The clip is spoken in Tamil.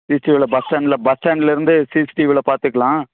சிசிடிவில பஸ் ஸ்டாண்டில் பஸ் ஸ்டாண்டிலேருந்து சிசிடிவியில் பார்த்துக்கலாம்